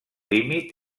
límit